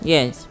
Yes